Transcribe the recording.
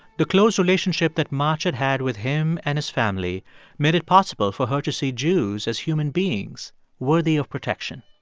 the close relationship that macs had had with him and his family made it possible for her to see jews as human beings worthy of protection